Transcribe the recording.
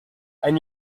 and